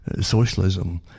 Socialism